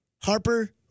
Harper